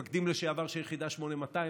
חמישה מפקדים לשעבר של יחידה 8200,